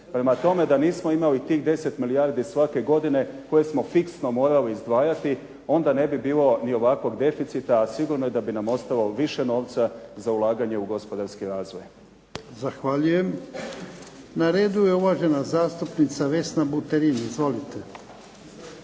Prema tome, da nismo imali tih 10 milijardi svake godine koje smo fiksno morali izdvajati, onda ne bi bilo ni ovakvog deficita, a sigurno je da bi nam ostalo više novca za ulaganje u gospodarski razvoj. **Jarnjak, Ivan (HDZ)** Zahvaljujem. Na redu je uvažena zastupnica Vesna Buterin. Izvolite.